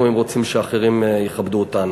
אם אנחנו רוצים שאחרים יכבדו אותנו.